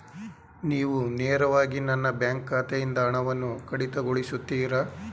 ನೀವು ನೇರವಾಗಿ ನನ್ನ ಬ್ಯಾಂಕ್ ಖಾತೆಯಿಂದ ಹಣವನ್ನು ಕಡಿತಗೊಳಿಸುತ್ತೀರಾ?